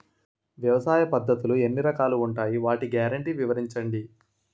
వ్యవసాయ పద్ధతులు ఎన్ని రకాలు ఉంటాయి? వాటి గ్యారంటీ వివరించండి?